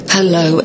Hello